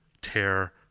tear